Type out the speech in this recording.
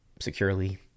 securely